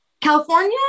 California